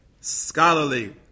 scholarly